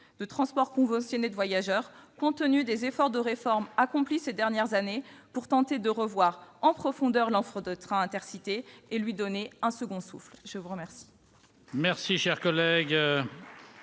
de transport conventionnés de voyageurs », compte tenu des efforts de réforme accomplis ces dernières années pour tenter de revoir en profondeur l'offre de trains Intercités et de lui donner un second souffle. La parole